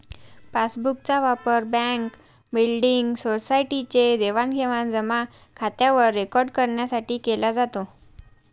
passbook चा वापर bank, building, society चे देवाणघेवाण जमा खात्यावर रेकॉर्ड करण्यासाठी केला जातो